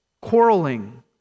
quarreling